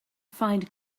find